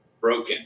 broken